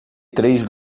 três